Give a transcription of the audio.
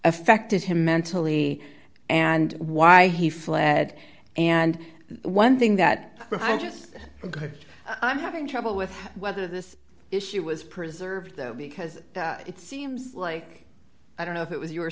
affected him mentally and why he fled and one thing that i just got i'm having trouble with whether this issue was preserved though because it seems like i don't know if it was you or